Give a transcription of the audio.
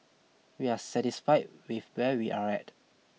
we are satisfied with where we are at